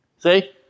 See